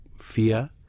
fear